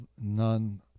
none